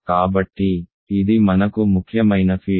కాబట్టి ఇది మనకు ముఖ్యమైన ఫీల్డ్